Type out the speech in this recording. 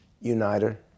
uniter